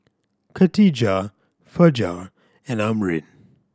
Katijah Fajar and Amrin